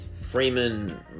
Freeman